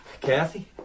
Kathy